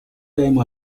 time